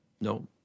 No